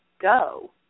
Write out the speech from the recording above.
go